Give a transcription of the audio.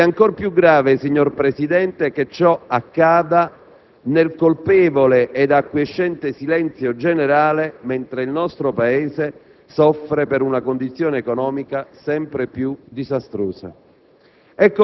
È ancor più grave, signor Presidente, che ciò accada nel colpevole ed acquiescente silenzio generale, mentre il nostro Paese soffre per una condizione economica sempre più disastrosa.